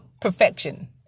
perfection